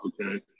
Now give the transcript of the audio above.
okay